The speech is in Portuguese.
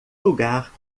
lugar